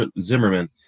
Zimmerman